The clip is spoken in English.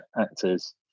actors